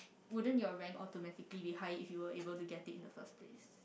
wouldn't your rank automatically be high if you were able to get it in the first place